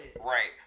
right